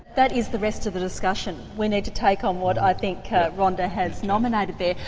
that is the rest of the discussion. we need to take on what i think rhonda has nominated there.